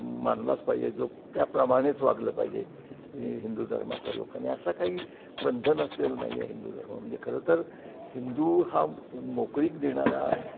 मानलाच पाहिजे जो त्याप्रमाणेच वागलं पाहिजे ही हिंदू धर्मातल्या लोकांनी असा काही बंधनं असलेलं नाही आहे हिंदू धर्मामध्ये खरं तर हिंदू हा मोकळीक देणारा